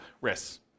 risks